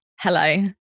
Hello